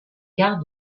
quarts